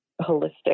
holistic